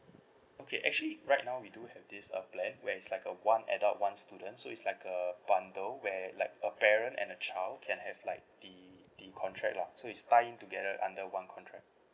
okay actually right now we do have this uh plan where it's like a one adult one student so it's like a bundle where like a parent and a child can have like the the contract lah so it's tied together under one contract